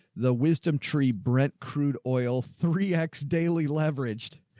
the wisdom tree, brent crude oil, three x daily leveraged.